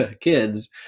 kids